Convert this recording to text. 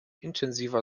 intensiver